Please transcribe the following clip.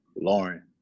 Lauren